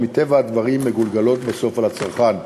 שמטבע הדברים מגולגלות בסוף על הצרכן.